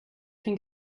can